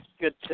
Good